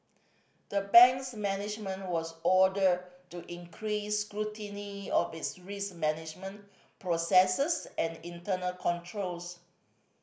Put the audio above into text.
the bank's management was ordered to increase scrutiny of its risk management processes and internal controls